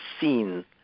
seen